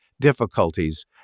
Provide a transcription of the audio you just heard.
difficulties